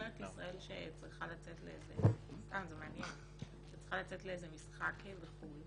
מה עושה נבחרת ישראל שצריכה לצאת לאיזה משחק בחו"ל?